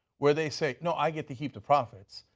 where they say, no i get to keep the profits,